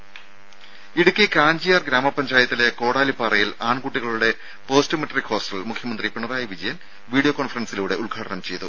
രുര ഇടുക്കി കാഞ്ചിയാർ ഗ്രാമ പഞ്ചായത്തിലെ കോടാലിപ്പാറയിൽ ആൺകുട്ടികളുടെ പോസ്റ്റ്മെട്രിക് ഹോസ്റ്റൽ മുഖ്യമന്ത്രി പിണറായി വിജയൻ വീഡിയോ കോൺഫറൻസിംഗിലൂടെ ഉദ്ഘാടനം ചെയ്തു